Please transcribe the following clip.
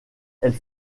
elle